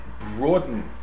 broaden